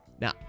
Now